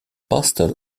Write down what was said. pastel